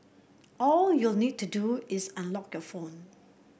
all you'll need to do is unlock your phone